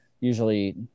usually